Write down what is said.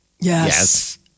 Yes